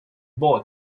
boy